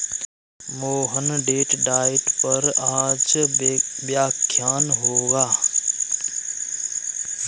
Mohan Date diet पर आज व्याख्यान होगा